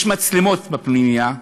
יש מצלמות בפנימייה,